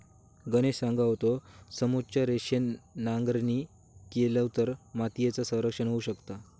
गणेश सांगा होतो, समोच्च रेषेन नांगरणी केलव तर मातीयेचा संरक्षण होऊ शकता